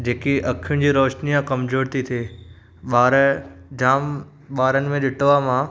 जेकी अखियुनि जी रोशनी आहे कमज़ोरु थी थिए ॿार जामु ॿारनि में ॾिठो आहे मां